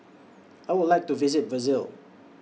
I Would like to visit Brazil